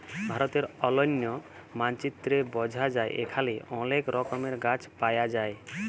ভারতের অলন্য মালচিত্রে বঝা যায় এখালে অলেক রকমের গাছ পায়া যায়